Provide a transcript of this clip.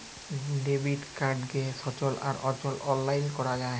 debit কাড়কে সচল আর অচল অললাইলে ক্যরা যায়